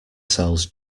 sells